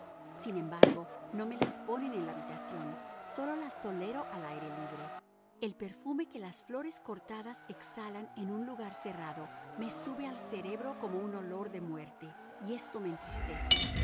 sin embargo no me las ponen en la habitación sólo las tolero al aire libre el perfume que las flores cortadas exhalan en un lugar cerrado me sube al cerebro como un olor de muerte y esto me entristece